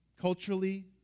Culturally